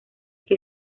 que